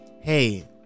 Hey